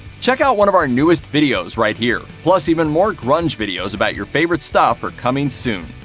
check out one of our newest videos right here! plus, even more grunge videos about your favorite stuff are coming soon.